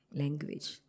language